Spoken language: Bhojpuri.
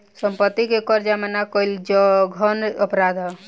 सम्पत्ति के कर जामा ना कईल जघन्य अपराध ह